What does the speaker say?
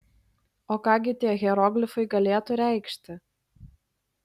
o ką gi tie hieroglifai galėtų reikšti